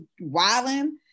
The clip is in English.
wilding